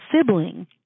sibling –